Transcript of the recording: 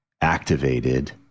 activated